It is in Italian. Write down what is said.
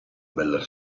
bella